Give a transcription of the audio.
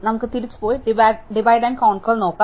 നമുക്ക് തിരിച്ചുപോയി divide and conquer നോക്കാം